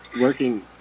working